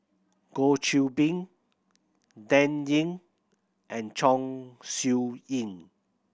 Goh Qiu Bin Dan Ying and Chong Siew Ying